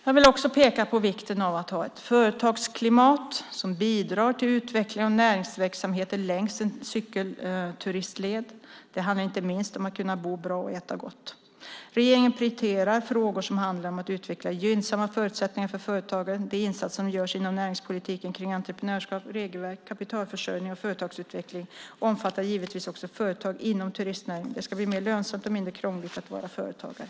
Jag vill också peka på vikten av att ha ett företagsklimat som bidrar till utveckling av näringsverksamheter längs en cykelturistled. Det handlar inte minst om att kunna bo bra och äta gott. Regeringen prioriterar frågor som handlar om att utveckla gynnsamma förutsättningar för företagandet. De insatser som görs inom näringspolitiken kring entreprenörskap, regelverk, kapitalförsörjning och företagsutveckling omfattar givetvis också företag inom turistnäringen. Det ska bli mer lönsamt och mindre krångligt att vara företagare.